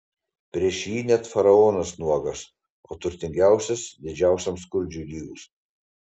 prieš jį net faraonas nuogas o turtingiausias didžiausiam skurdžiui lygus